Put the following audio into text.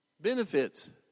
benefits